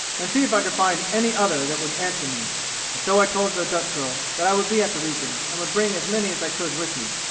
and see if i could find any other that would answer me and so i told the dutch girl that i would be at the reaping, and would bring as many as i could with me.